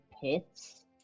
pits